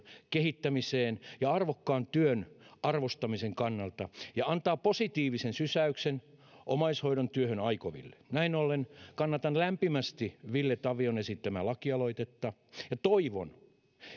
kehittämiseen ja arvokkaan työn arvostamisen kannalta ja antaa positiivisen sysäyksen omaishoidon työhön aikoville näin ollen kannatan lämpimästi ville tavion esittämää lakialoitetta ja toivon